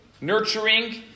Nurturing